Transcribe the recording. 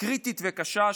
קריטית וקשה,